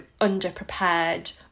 underprepared